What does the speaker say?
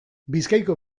bizkaiko